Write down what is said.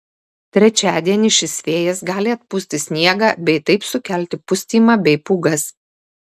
trečiadienį šis vėjas gali atpūsti sniegą bei taip sukelti pustymą bei pūgas